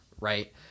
right